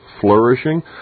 flourishing